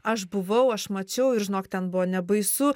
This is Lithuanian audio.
aš buvau aš mačiau ir žinok ten buvo nebaisu